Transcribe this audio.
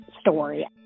story